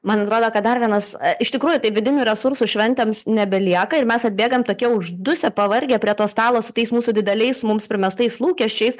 man atrodo kad dar vienas iš tikrųjų tai vidinių resursų šventėms nebelieka mes atbėgam tokie uždusę pavargę prie to stalo su tais mūsų dideliais mums primestais lūkesčiais